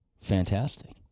Fantastic